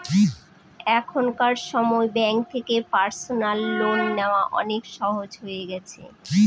এখনকার সময় ব্যাঙ্ক থেকে পার্সোনাল লোন নেওয়া অনেক সহজ হয়ে গেছে